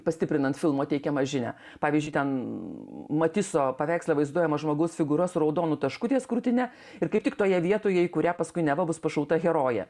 pastiprinant filmo teikiamą žinią pavyzdžiui ten matiso paveiksle vaizduojama žmogaus figūra su raudonu tašku ties krūtine ir kaip tik toje vietoje į kurią paskui neva bus pašauta herojė